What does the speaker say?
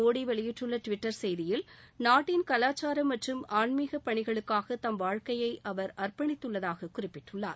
மோடி வெளியிட்டுள்ள டிவிட்டர் செய்தியில் நாட்டின் கலாச்சாரம் மற்றும் ஆன்மிக பணிகளக்காக தம் வாழ்க்கையை அவர் அர்ப்பணித்துள்ளதாகக் குறிப்பிட்டுள்ளார்